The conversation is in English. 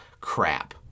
crap